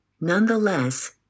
Nonetheless